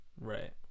Right